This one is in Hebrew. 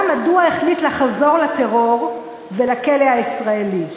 מדוע החליט לחזור לטרור ולכלא הישראלי,